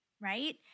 Right